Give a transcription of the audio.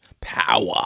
power